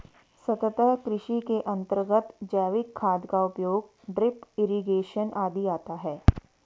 सतत् कृषि के अंतर्गत जैविक खाद का उपयोग, ड्रिप इरिगेशन आदि आता है